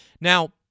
Now